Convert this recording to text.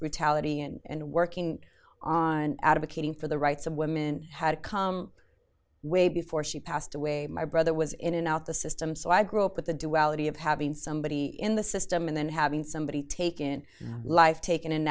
brutality and working on advocating for the rights of women had come way before she passed away my brother was in and out the system so i grew up with the duality of having somebody in the system and then having somebody taken a life taken an